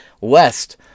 West